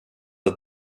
att